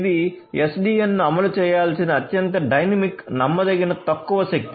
ఇది ఎస్డిఎన్ను అమలు చేయాల్సిన అత్యంత డైనమిక్ నమ్మదగని తక్కువ శక్తి